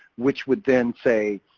which would then say,